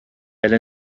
elle